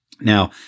now